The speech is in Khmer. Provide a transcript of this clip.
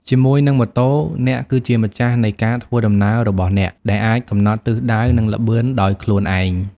ជាមួយនឹងម៉ូតូ អ្នកគឺជាម្ចាស់នៃការធ្វើដំណើររបស់អ្នក ដែលអាចកំណត់ទិសដៅ និងល្បឿនដោយខ្លួនឯង។